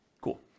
Cool